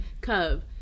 Cub